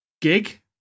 gig